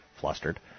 flustered